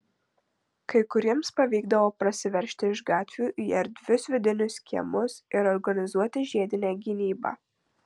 kai kuriems pavykdavo prasiveržti iš gatvių į erdvius vidinius kiemus ir organizuoti žiedinę gynybą